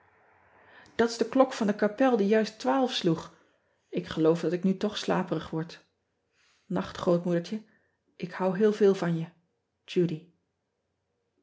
at is de klok van de kapel die juist twaalf sloeg k geloof dat ik nu toch slaperig word acht rootmoedertje k houd heel veel van je udy